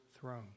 throne